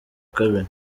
kabiri